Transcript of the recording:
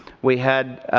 we had